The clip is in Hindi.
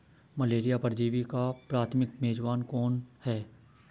मलेरिया परजीवी का प्राथमिक मेजबान कौन है?